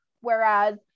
Whereas